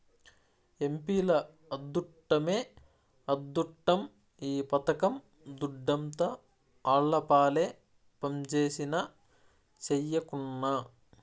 ఎంపీల అద్దుట్టమే అద్దుట్టం ఈ పథకం దుడ్డంతా ఆళ్లపాలే పంజేసినా, సెయ్యకున్నా